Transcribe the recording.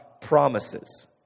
promises